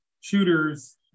shooters